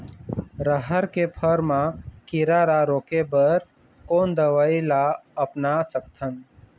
रहर के फर मा किरा रा रोके बर कोन दवई ला अपना सकथन?